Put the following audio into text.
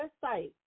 site